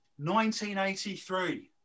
1983